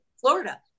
Florida